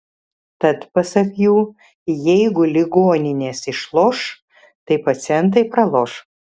tad pasak jų jeigu ligoninės išloš tai pacientai praloš